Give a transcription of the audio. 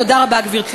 תודה רבה, גברתי.